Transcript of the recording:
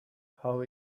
how